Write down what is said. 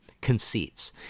conceits